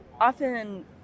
often